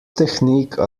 technique